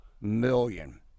million